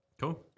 Cool